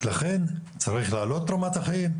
לכן צריך להעלות את רמת החיים,